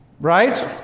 right